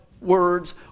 words